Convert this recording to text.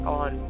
on